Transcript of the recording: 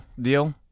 deal